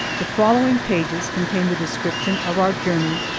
the following pages contain the description of our journey,